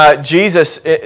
Jesus